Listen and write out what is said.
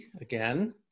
again